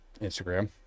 Instagram